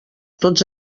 tots